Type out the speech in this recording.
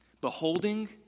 Beholding